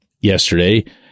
yesterday